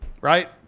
right